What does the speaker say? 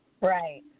Right